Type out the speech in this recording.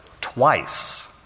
twice